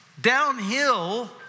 downhill